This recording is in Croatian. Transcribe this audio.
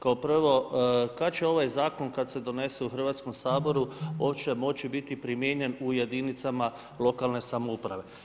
Kao prvo, kad će ovaj zakon, kad se donese u Hrvatskom saboru, on će može biti primijenjen u jedinicama lokalne samouprave.